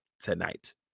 tonight